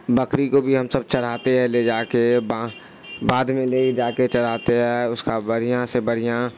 بکری کو بھی ہم سب چڑھاتے ہیں لے جا کے بعد میں لے جا کے چڑھاتے ہے اس کا بڑھیا سے بڑھیاں